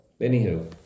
anywho